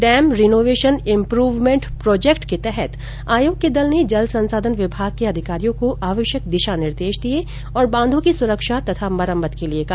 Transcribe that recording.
dam renovation improvement project के तहत आयोग के दल ने जल संसाधन विभाग के अधिकारियों को आवश्यक दिशा निर्देश दिए और बांधों की सुरक्षा तथा मरम्मत के लिए कहा